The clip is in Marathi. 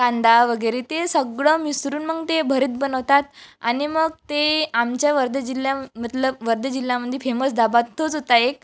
कांदा वगैरे ते सगळं मिसळून मग ते भरीत बनवतात आनि मग ते आमच्या वर्धा जिल्ह्या मतलब वर्धा जिल्ह्यामध्ये फेमस ढाबा तोच होता एक